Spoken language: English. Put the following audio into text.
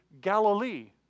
Galilee